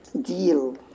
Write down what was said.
deal